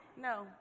No